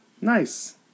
Nice